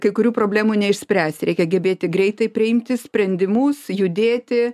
kai kurių problemų neišspręsi reikia gebėti greitai priimti sprendimus judėti